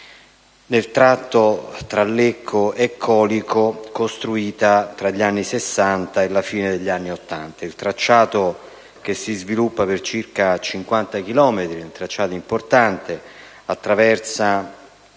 nel tratto tra Lecco e Colico, costruita tra gli anni '60 e la fine degli anni '80. Il tracciato che si sviluppa per circa 50 chilometri è importante, attraversa